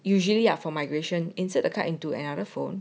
usually are for migration inside a card into another phone